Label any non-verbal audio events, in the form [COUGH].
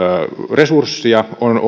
resurssia on [UNINTELLIGIBLE]